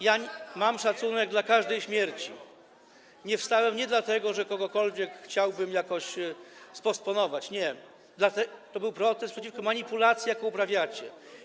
ja mam szacunek dla każdej śmierci, nie wstałem nie dlatego, że kogokolwiek chciałbym jakoś spostponować, nie, to był protest przeciwko manipulacji, jaką uprawiacie.